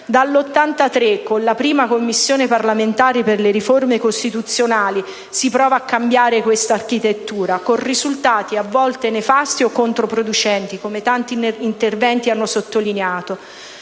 Dal 1983, con la prima Commissione parlamentare per le riforme costituzionali, si prova a cambiare questa architettura, con risultati a volte nefasti o controproducenti, come tanti interventi hanno sottolineato.